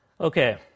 Okay